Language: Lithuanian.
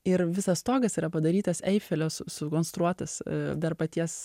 ir visas stogas yra padarytas eifelio sukonstruotas dar paties